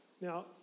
Now